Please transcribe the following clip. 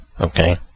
Okay